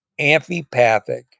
amphipathic